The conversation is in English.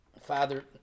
father